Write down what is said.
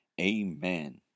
Amen